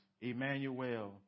Emmanuel